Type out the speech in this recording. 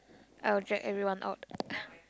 I will drag everyone out